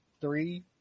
three